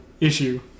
issue